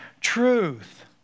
truth